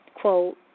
quote